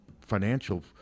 financial